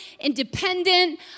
independent